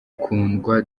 kundwa